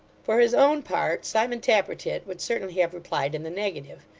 for his own part, simon tappertit would certainly have replied in the negative,